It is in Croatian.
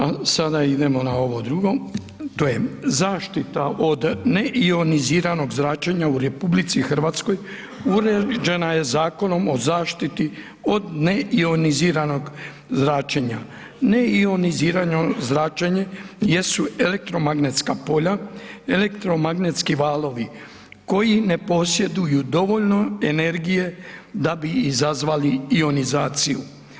A sada idemo na ovo drugo, to je zaštita od neioniziranog zračenja u RH uređena je Zakonom o zaštiti od neioniziranog zračenja, neionizirano zračenje jesu elektromagnetska polja, elektromagnetski valovi koji ne posjeduju dovoljno energije da bi izazvali ionizaciju.